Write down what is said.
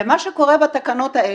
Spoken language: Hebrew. ומה שקורה בתקנות האלה,